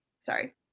sorry